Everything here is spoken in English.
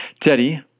Teddy